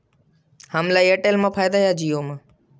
हमला एयरटेल मा फ़ायदा हे या जिओ मा?